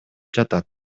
жатат